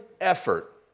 effort